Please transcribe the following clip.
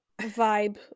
vibe